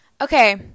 Okay